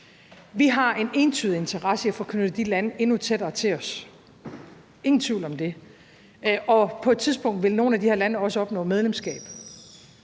Vi har en entydig interesse i at få knyttet de lande endnu tættere til os – ingen tvivl om det – og på et tidspunkt vil nogle af de lande også opnå medlemskab.